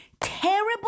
terrible